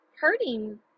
hurting